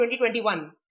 2021